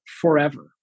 forever